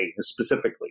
specifically